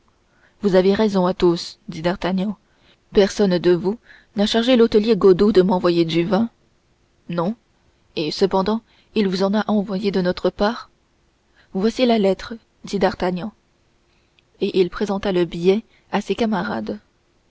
vous avez raison athos dit d'artagnan personne de vous n'a chargé l'hôtelier godeau de m'envoyer du vin non et cependant il vous en a envoyé de notre part voici la lettre dit d'artagnan et il présenta le billet à ses camarades